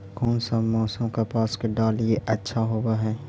कोन सा मोसम कपास के डालीय अच्छा होबहय?